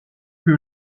que